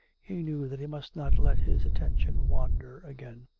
he knew that he must not let his attention wander again.